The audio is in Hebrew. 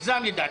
מוגזם מדי.